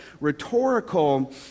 rhetorical